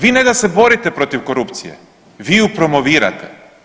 Vi ne da se borite protiv korupcije, vi ju promovirate.